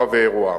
ואירוע.